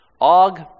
Og